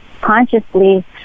consciously